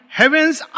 heaven's